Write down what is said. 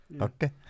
Okay